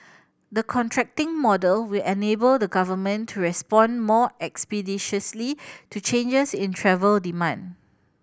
the contracting model will enable the Government to respond more expeditiously to changes in travel demand